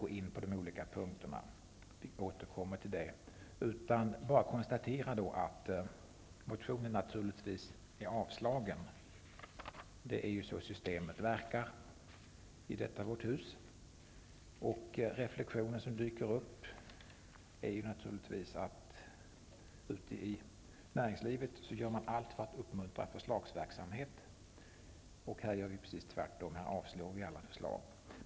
Vi återkommer till det. Jag vill bara konstatera att motionen naturligtvis är avstyrkt -- det är ju så systemet verkar i detta hus. Den reflexion som dyker upp är att man ute i näringslivet gör allt för att uppmuntra förslagsverksamhet -- här gör vi precis tvärtom; här avstyrker vi alla förslag.